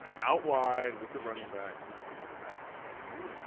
out wide with the running backs in the passing game.